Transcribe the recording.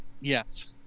yes